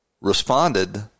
responded